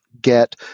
get